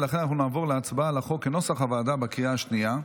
ולכן נעבור להצבעה על החוק כנוסח הוועדה בקריאה השנייה.